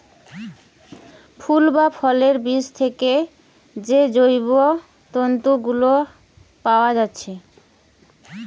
ফুল বা ফলের বীজ থিকে যে জৈব তন্তু গুলা পায়া যাচ্ছে